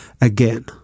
again